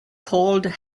called